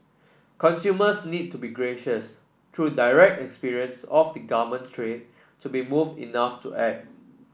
consumers need to be conscious true direct experience of the garment trade to be moved enough to act